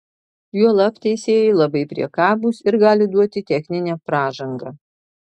juolab teisėjai labai priekabūs ir gali duoti techninę pražangą